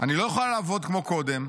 אני לא יכולה לעבוד כמו קודם.